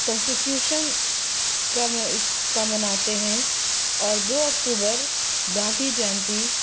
constitution کا کا مناتے ہیں اور دو اکتوبر گاندھی جینتی